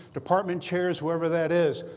department chairs, whoever that is.